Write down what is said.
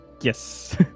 Yes